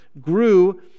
grew